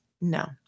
No